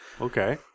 Okay